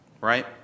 right